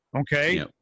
Okay